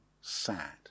sad